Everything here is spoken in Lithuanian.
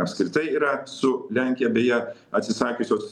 apskritai yra su lenkija beje atsisakiusios